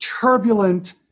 turbulent